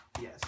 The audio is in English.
Yes